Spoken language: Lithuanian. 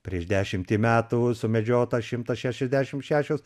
prieš dešimtį metų sumedžiota šimtas šešiasdešimt šešios